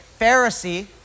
Pharisee